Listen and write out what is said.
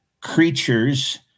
creatures